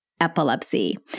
epilepsy